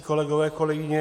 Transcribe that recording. Kolegové, kolegyně.